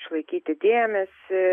išlaikyti dėmesį